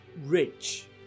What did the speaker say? rich